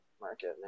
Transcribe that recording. market